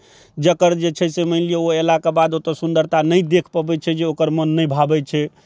जकर जे छै से मानि लिअऽ ओ अएलाक बाद ओतऽ ओ सुन्दरता नहि देखि पबै छै जे ओकर मोन नहि भाबै छै